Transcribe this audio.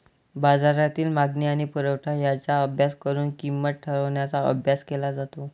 बाजारातील मागणी आणि पुरवठा यांचा अभ्यास करून किंमत ठरवण्याचा अभ्यास केला जातो